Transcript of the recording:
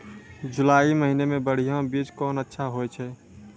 जुलाई महीने मे बढ़िया बीज कौन अच्छा होय छै?